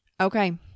Okay